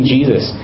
Jesus